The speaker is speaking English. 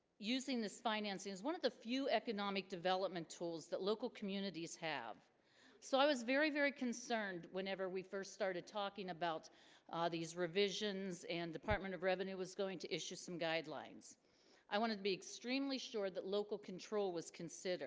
using this financing is one of the few economic development tools that local communities have so i was very very concerned whenever we first started talking about ah these revisions and department of revenue was going to issue some guidelines i wanted to be extremely sure that local control was considered